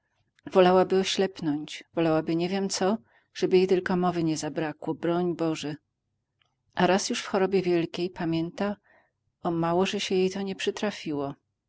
wolałaby oślepnąć wolałaby nie wiem co żeby jej tylko mowy nie zabrakło broń boże a raz już w chorobie wielkiej pamięta o mało że się jej to nie przytrafiło